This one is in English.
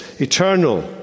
eternal